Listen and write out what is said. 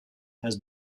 has